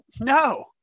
No